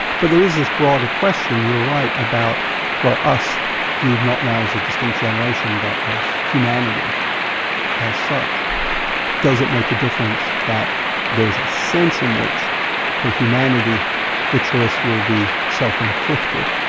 but there is this broader question, you're right, about us viewed not now as a distinct generation but as humanity as such does it make a difference that there is a sense in which for humanity the choice will be self-inflicted?